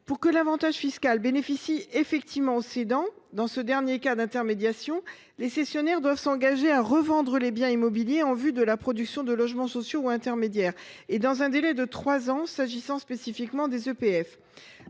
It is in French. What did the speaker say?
Pour que l’avantage fiscal bénéficie effectivement au cédant, dans ce dernier cas d’intermédiation, les cessionnaires doivent s’engager à revendre les biens immobiliers en vue de la production de logements sociaux ou intermédiaires, dans un délai de trois ans s’agissant spécifiquement des EPF.